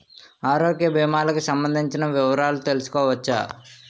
ఆరోగ్య భీమాలకి సంబందించిన వివరాలు తెలుసుకోవచ్చా?